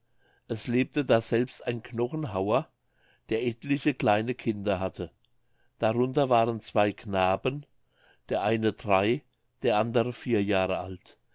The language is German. es lebte daselbst ein knochenhauer der etliche kleine kinder hatte darunter waren zwei knaben der eine drei der andere vier jahre alt